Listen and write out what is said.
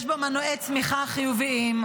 יש בו מנועי צמיחה חיוביים.